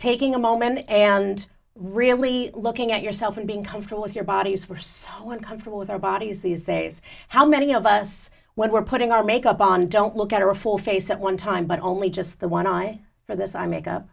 moment and really looking at yourself and being comfortable with your bodies for someone comfortable with our bodies these days how many of us when we're putting our makeup on don't look at or a full face at one time but only just the one eye for this eye makeup